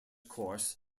course